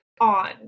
on